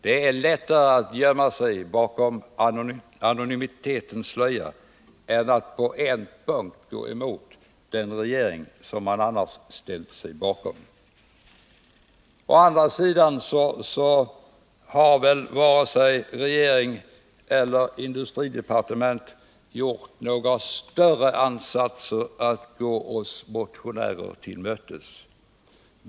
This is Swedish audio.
Det är lättare att gömma sig bakom anonymitetens slöja än att visa att man på en punkt går emot den regering som man annars ställer sig bakom. Å andra sidan har vare sig regeringen eller dess industriminister gjort några större ansatser att gå oss motionärer till mötes.